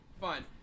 Fine